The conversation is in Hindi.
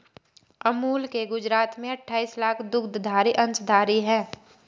अमूल के गुजरात में अठाईस लाख दुग्धधारी अंशधारी है